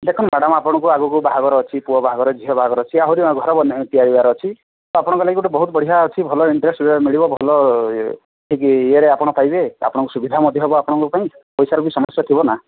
ଦେଖନ୍ତୁ ମ୍ୟାଡ଼ାମ୍ ଆପଣଙ୍କୁ ଆଗକୁ ବାହାଘର ଅଛି ପୁଅ ବାହାଘର ଝିଅ ବାହାଘର ଅଛି ଆହୁରି ଘର ବନେଇ ତିଆରିବାର ଅଛି ତ ଆପଣଙ୍କ ଲାଗି ଗୋଟେ ବହୁତ ବଢ଼ିଆ ଅଛି ଭଲ ଇନ୍ଟରେଷ୍ଟରେ ମିଳିବ ଭଲ ଇଏରେ ଆପଣ ପାଇବେ ଆପଣଙ୍କୁ ସୁବିଧା ମଧ୍ୟ ହବ ଆପଣଙ୍କ ପାଇଁ ପଇସାର ବି ସମସ୍ୟା ଥିବ ନା